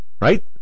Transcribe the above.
right